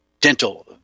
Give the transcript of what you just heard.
dental